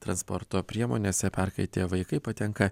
transporto priemonėse perkaitę vaikai patenka